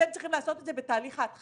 אתם צריכים לעשות את זה בתהליך ההתחלה,